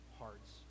hearts